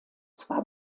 zwar